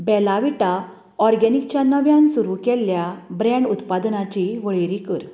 बेला Vita ऑरगॅनिकच्या नव्यान सुरू केल्ल्या ब्रँड उत्पादनांची वळेरी कर